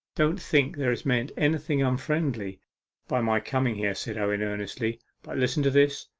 don't think there is meant anything unfriendly by my coming here said owen earnestly but listen to this,